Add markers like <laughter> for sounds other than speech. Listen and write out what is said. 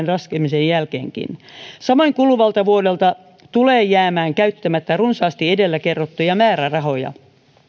<unintelligible> laskemisen jälkeenkin samoin kuluvalta vuodelta tulee jäämään käyttämättä runsaasti edellä kerrottuja määrärahoja